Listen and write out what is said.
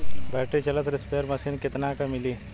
Battery चलत sprayer machine कितना क मिली?